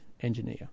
engineer